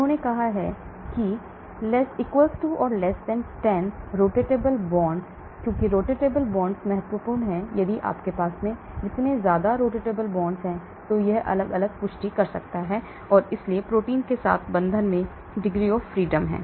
उन्होंने कहा 10 rotatable bond क्यों रोटेटेबल बॉन्ड महत्वपूर्ण हैं क्योंकि यदि आपके पास अधिक रोटेटेबल बॉन्ड हैं तो यह अलग अलग पुष्टि कर सकता है और इसलिए प्रोटीन के साथ बंधन में degrees of freedom है